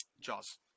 Jaws